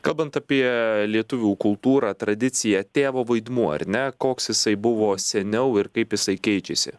kalbant apie lietuvių kultūrą tradiciją tėvo vaidmuo ar ne koks jisai buvo seniau ir kaip jisai keičiasi